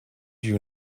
you